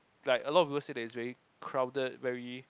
like a lot of people say that it's very crowded very